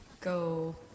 Go